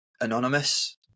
anonymous